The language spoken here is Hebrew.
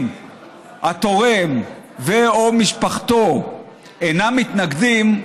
אם התורם ו/או משפחתו אינם מתנגדים,